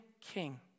king